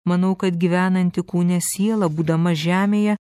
manau kad gyvenanti kūne siela būdama žemėje